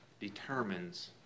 determines